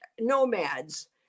nomads